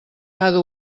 cada